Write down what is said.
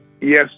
Yes